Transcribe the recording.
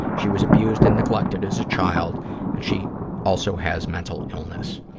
she was abused and neglected as a child and she also has mental illness.